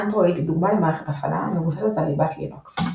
אנדרואיד היא דוגמה למערכת הפעלה המבוססת על ליבת לינוקס.